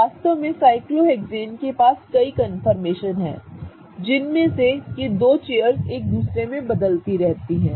वास्तव में साइक्लोहेक्सेन के पास कई कन्फर्मेशन हैं जिसमें ये दो चेयर्स एक दूसरे में बदलती रहती हैं